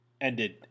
ended